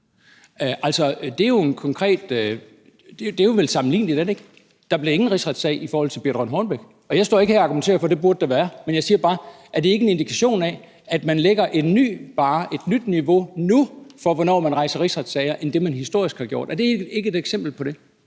er det vel sammenligneligt – er det ikke? Der blev ingen rigsretssag mod Birthe Rønn Hornbech. Og jeg står ikke her og argumenterer for, at det burde der have været, men jeg siger bare: Er det ikke en indikation af, man sætter barren et nyt sted, at der nu er et nyt niveau for, hvornår man rejser rigsretssager, i forhold til det, man historisk har gjort? Er det ikke et eksempel på det?